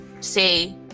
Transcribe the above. say